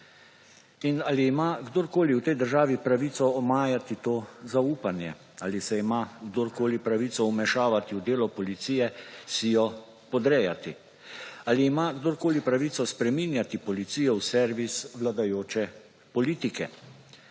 Ali ima kdorkoli v tej državi pravico omajati to zaupanje? Ali se ima kdorkoli pravico vmešavati v delo policije, si jo podrejati? Ali ima kdorkoli pravico spreminjati policijo v servis vladajoče politike?